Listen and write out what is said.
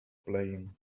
playing